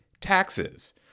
taxes